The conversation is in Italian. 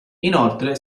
inoltre